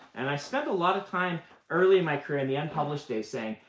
and i spent a lot of time early in my career, in the unpublished days, saying,